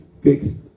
fixed